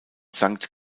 sankt